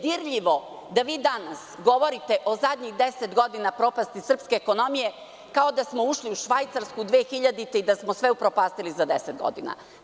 Dirljivo mi je da danas govorite o zadnjih 10 godina propasti srpske ekonomije, kao da smo ušli u Švajcarsku 2000. godine i da smo sve upropastili za 10 godina.